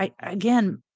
Again